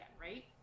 right